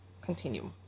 continue